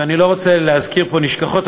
ואני לא רוצה להזכיר פה נשכחות,